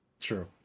true